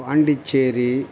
Pondicherry